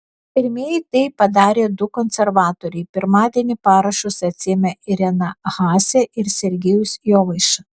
pirmieji tai padarė du konservatoriai pirmadienį parašus atsiėmė irena haase ir sergejus jovaiša